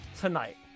tonight